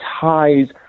ties